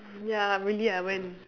ya really ah when